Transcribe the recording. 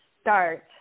start